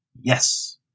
Yes